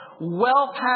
Wealth